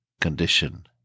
condition